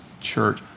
church